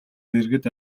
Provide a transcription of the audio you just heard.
дэргэд